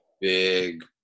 big